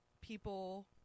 people